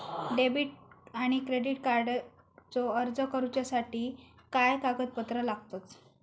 Debit आणि credit कार्डचो अर्ज करुच्यासाठी काय कागदपत्र लागतत?